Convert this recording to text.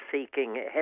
seeking